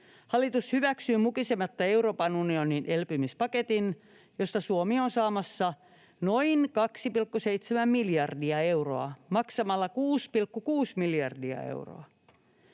Hallitus hyväksyy mukisematta Euroopan unionin elpymispaketin, josta Suomi on saamassa noin 2,7 miljardia euroa maksamalla 6,6 miljardia euroa.